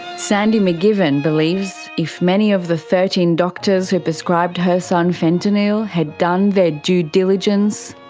sandy mcgivern believes if many of the thirteen doctors who prescribed her son fentanyl had done their due diligence,